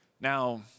Now